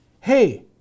Hey